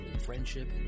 friendship